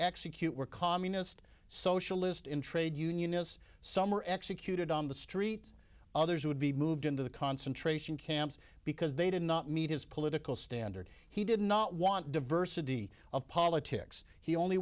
execute were communist socialist in trade unionists some are executed on the streets others would be moved into the concentration camps because they did not meet his political standard he did not want diversity of politics he only